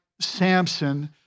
Samson